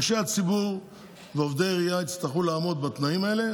אנשי הציבור ועובדי העירייה יצטרכו לעמוד בתנאים האלה,